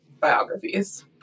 biographies